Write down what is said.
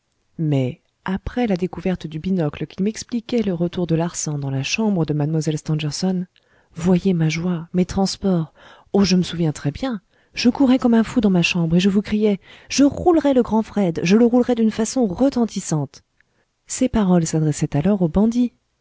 mais après la découverte du binocle qui m'expliquait le retour de larsan dans la chambre de mlle stangerson voyez ma joie mes transports oh je me souviens très bien je courais comme un fou dans ma chambre et je vous criais je roulerai le grand fred je le roulerai d'une façon retentissante ces paroles s'adressaient alors au bandit